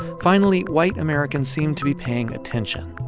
finally, white americans seemed to be paying attention.